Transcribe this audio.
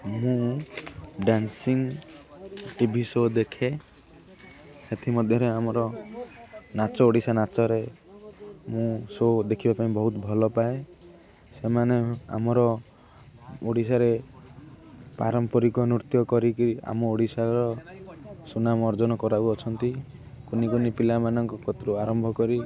ମୁଁ dancing TV show ଦେଖେ ସେଥିମଧ୍ୟରେ ଆମର ନାଚ ଓଡ଼ିଶା ନାଚରେ ମୁଁ ସୋ ଦେଖିବା ପାଇଁ ବହୁତ ଭଲ ପାଏ ସେମାନେ ଆମର ଓଡ଼ିଶାରେ ପାରମ୍ପରିକ ନୃତ୍ୟ କରିକି ଆମ ଓଡ଼ିଶାର ସୁନାମ ଅର୍ଜନ କରାଉଅଛନ୍ତି କୁନି କୁନି ପିଲାମାନଙ୍କ କତିରୁ ଆରମ୍ଭ କରି